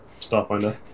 Starfinder